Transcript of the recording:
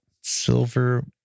Silver